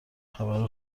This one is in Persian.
خبر